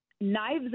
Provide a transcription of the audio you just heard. knives